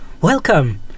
Welcome